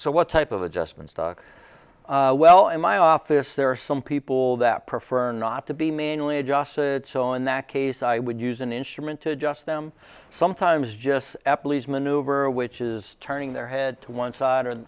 so what type of adjustments doc well in my office there are some people that prefer not to be mainly just said so in that case i would use an instrument to adjust them sometimes just ep lee's maneuver which is turning their head to one side or the